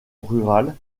rurales